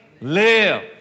live